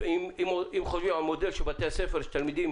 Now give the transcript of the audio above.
אם חושבים שהמודל בבית הספר הוא שתלמידים